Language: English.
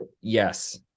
Yes